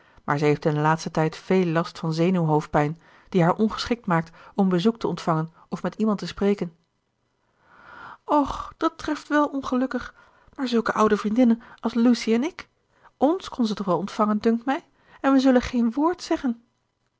maar zij heeft in den laatsten tijd veel last van zenuwhoofdpijn die haar ongeschikt maakt om bezoek te ontvangen of met iemand te spreken och dat treft wèl ongelukkig maar zulke oude vriendinnen als lucy en ik ons kon ze toch wel ontvangen dunkt mij en we zullen geen woord zeggen